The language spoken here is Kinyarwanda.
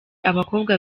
abakobwa